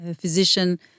physician